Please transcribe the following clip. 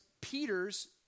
Peter's